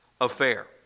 affair